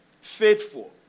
Faithful